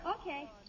Okay